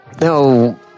No